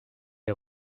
est